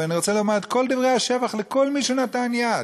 ואני רוצה לומר את כל דברי השבח לכל מי שנתן יד,